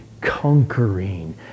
conquering